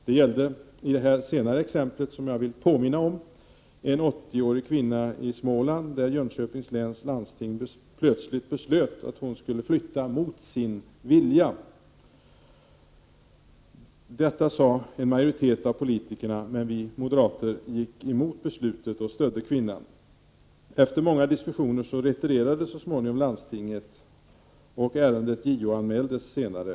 Jag vill påminna om det exemplet. Det gällde en 80-årig kvinna i Småland. Jönköpings läns landsting beslutade plötsligt att hon skulle flytta mot sin vilja. Detta sade en majoritet av politikerna. Vi moderater gick emellertid emot beslutet och stödde kvinnan. Efter många diskussioner retirerade landstinget så småningom. Ärendet JO-anmäldes senare.